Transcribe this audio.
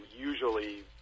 usually